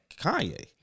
Kanye